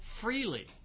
freely